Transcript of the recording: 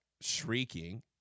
shrieking